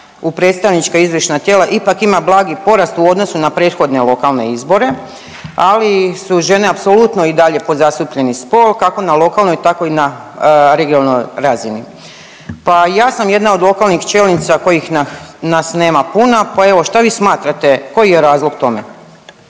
u predstavnička izvršna tijela ipak ima blagi porast u odnosu na prethodne lokalne izbore, ali su žene apsolutno i dalje podzastupljeni spol kako na lokalnoj tako i na regionalnoj razini. Pa i ja sam jedna od lokalnih čelnica kojih nas nema puno, pa evo što vi smatrate koji je razlog tome?